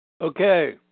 Okay